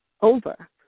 over